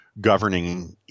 governing